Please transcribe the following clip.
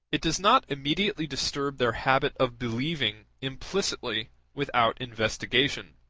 it does not immediately disturb their habit of believing implicitly without investigation,